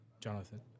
Jonathan